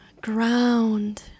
ground